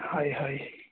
হয় হয়